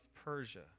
Persia